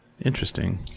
Interesting